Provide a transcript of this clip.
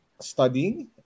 studying